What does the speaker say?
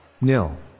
Nil